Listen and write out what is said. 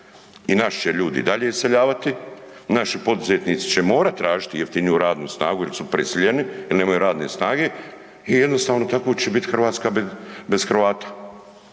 I naši će ljudi i dalje iseljavati, naši poduzetnici će morat tražiti jeftiniju radnu snagu jer su prisiljeni jer nemaju radne snage i jednostavno tako će biti Hrvatska bez Hrvata.